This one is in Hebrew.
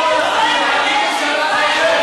עשרה בעד.